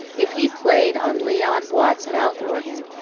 if he played on leon buote's mouth-organ,